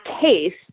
case